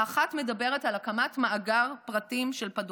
האחת מדברת על הקמת מאגר פרטים של פדופילים,